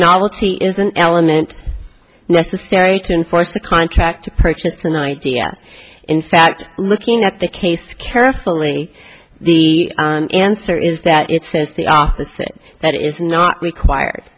novelty is an element necessary to enforce a contract to purchase an idea in fact looking at the case carefully the answer is that it says the opposite that it is not required